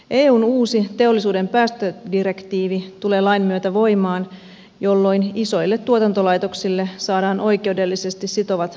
eun uusi teollisuuden päästödirektiivi tulee lain myötä voimaan jolloin isoille tuotantolaitoksille saadaan oikeudellisesti sitovat päästörajat